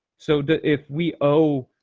so that if we owe